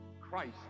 Christ